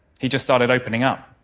he just started opening up,